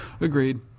agreed